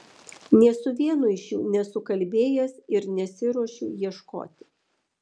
nė su vienu iš jų nesu kalbėjęs ir nesiruošiu ieškoti